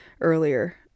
earlier